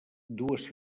dues